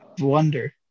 Wonder